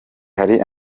hari